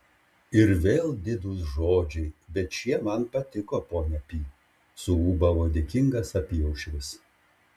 ir vėl didūs žodžiai bet šie man patiko ponia pi suūbavo dėkingas apyaušris